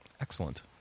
Excellent